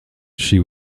she